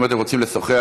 אם אתם רוצים לשוחח,